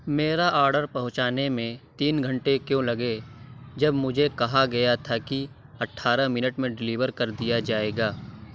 میرا آرڈر پہنچانے میں تین گھنٹے کیوں لگے جب مجھے کہا گیا تھا کہ اٹھارہ منٹ میں ڈیلیور کر دیا جائے گا